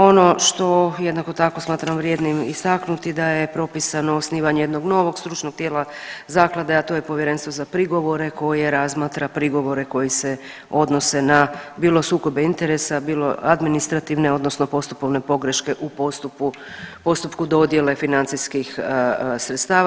Ono što jednako tako smatram vrijednim istaknuti da je propisano osnivanje jednog novog stručnog tijela zaklade, a to je povjerenstvo za prigovore koje razmatra prigovore koji se odnose na bilo sukobe interesa, bilo administrativne odnosno postupovne pogreške u postup, postupku dodijele financijskih sredstava.